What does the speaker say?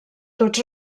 tots